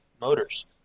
Motors